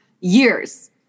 Years